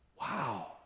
wow